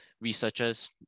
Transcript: researchers